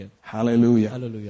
Hallelujah